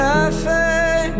Cafe